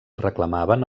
reclamaven